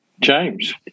James